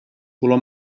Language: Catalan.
color